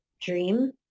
dream